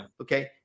okay